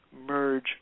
merge